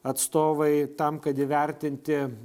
atstovai tam kad įvertinti